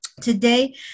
today